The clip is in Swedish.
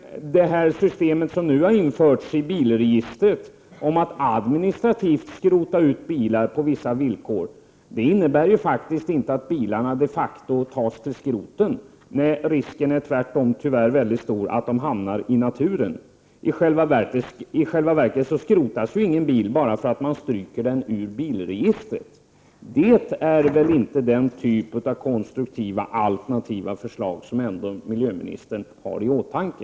Det system som nu har införts i bilregistret med administrativ skrotning av 81 bilar på vissa villkor, innebär faktiskt inte att bilarna de facto tas till skroten. Nej, risken är ju tvärtom tyvärr mycket stor att de hamnar ute i naturen. I själva verket skrotas ju ingen bil bara för att man stryker den ur bilregistret. Det är väl ändå inte den typen av konstruktiva, alternativa förslag som miljöministern har i åtanke.